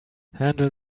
handle